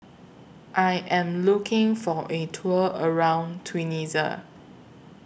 I Am looking For A Tour around Tunisia